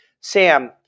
Sam